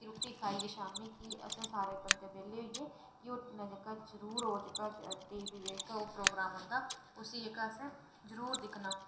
रुट्टी खाइयै सारे बंदे असैं बेह्ल्ले होइयै जरूर ओह् जेह्का टी वी जेह्का प्रोग्राम औंदा उसी जेह्का असें जरूर दिक्खना